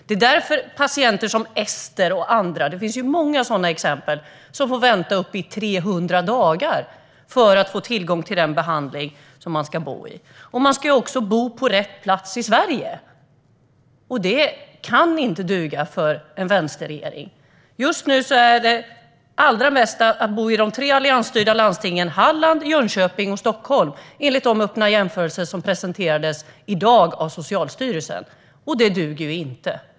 Det är därför patienter som Ester och andra - det finns många sådana exempel - får vänta upp till 300 dagar på att få tillgång till behandling. Man ska också bo på rätt plats i Sverige, och detta kan inte duga för en vänsterregering. Just nu är det allra bästa att bo i de tre alliansstyrda landstingen Halland, Jönköping och Stockholm, enligt de öppna jämförelser som presenterades i dag av Socialstyrelsen. Detta duger ju inte.